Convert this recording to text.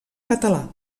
català